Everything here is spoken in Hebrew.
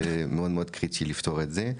ומאוד מאוד קריטי לפתור את זה.